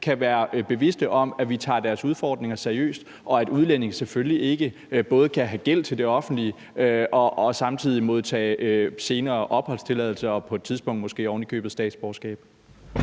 kan være bevidste om, at vi tager deres udfordringer seriøst, og at udlændinge selvfølgelig ikke både kan have gæld til det offentlige og samtidig senere få opholdstilladelse og på et tidspunkt måske ovenikøbet statsborgerskab.